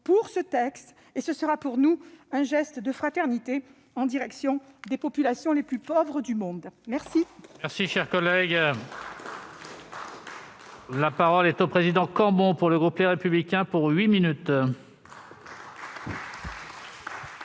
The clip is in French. le voteront. Ce sera pour nous un geste de fraternité en direction des populations les plus pauvres du monde. La